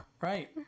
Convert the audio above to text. Right